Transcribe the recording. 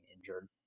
injured